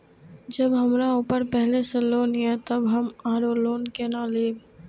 जब हमरा ऊपर पहले से लोन ये तब हम आरो लोन केना लैब?